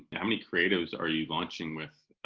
how many creatives are you launching with,